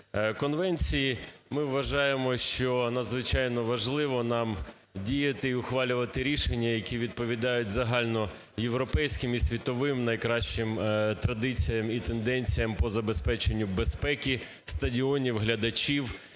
конвенції. Ми вважаємо, що надзвичайно важливо нам діяти і ухвалювати рішення, які відповідають загальноєвропейським і світовим найкращим традиціям, і тенденціям по забезпеченню безпеки стадіонів, глядачів.